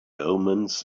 omens